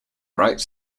writes